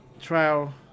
trial